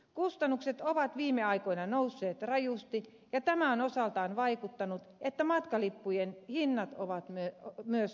kustannukset ovat viime aikoina nousseet rajusti ja tämä on osaltaan vaikuttanut että matkalippujen hinnat ovat myös nousseet